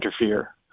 interfere